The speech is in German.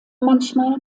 manchmal